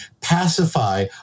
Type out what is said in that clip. pacify